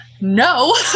no